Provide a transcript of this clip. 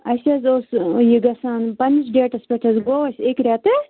اَسہِ حظ اوس یہِ گَژھان پنٛنِس ڈیٹس پٮ۪ٹھ حظ گوٚو اَسہِ اَکہِ رٮ۪تہٕ